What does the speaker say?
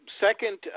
second